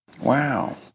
Wow